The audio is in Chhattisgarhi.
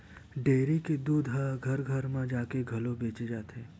डेयरी के दूद ह घर घर म जाके घलो बेचे जाथे